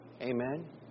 Amen